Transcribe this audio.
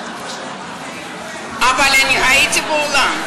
אבל אני הייתי באולם.